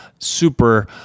super